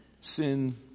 Sin